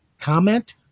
comment